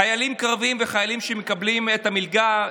חיילים קרביים וחיילים שמקבלים את המלגה,